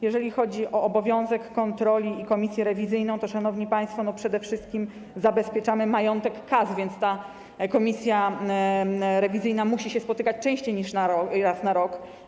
Jeżeli chodzi o obowiązek kontroli i komisję rewizyjną, to, szanowni państwo, przede wszystkim zabezpieczamy majątek kas, więc komisja rewizyjna musi się spotykać częściej niż raz na rok.